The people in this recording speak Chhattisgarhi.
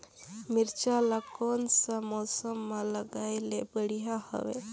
मिरचा ला कोन सा मौसम मां लगाय ले बढ़िया हवे